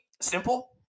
simple